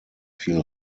viel